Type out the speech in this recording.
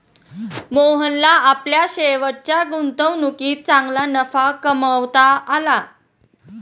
मोहनला आपल्या शेवटच्या गुंतवणुकीत चांगला नफा कमावता आला